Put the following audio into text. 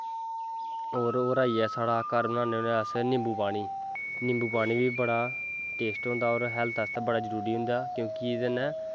होर आइया साढ़ा घर बनाने होने अस निम्बू पानी निम्बू पानी बी बड़ा टेस्ट होंदा और हैल्थ आस्तै बड़ा जादा जरूरी होंदा क्योंकि एह्दै नै